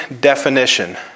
definition